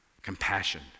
compassion